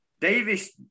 Davis